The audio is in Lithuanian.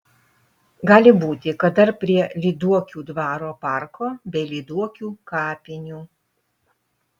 gali būti kad dar prie lyduokių dvaro parko bei lyduokių kapinių